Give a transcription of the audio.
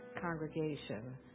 congregation